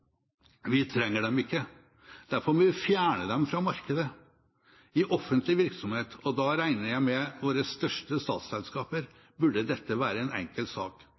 Vi trenger dem ikke. Derfor må vi fjerne dem fra markedet. I offentlig virksomhet – og da regner jeg med våre største statsselskap – burde dette være en enkel sak.